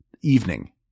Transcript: evening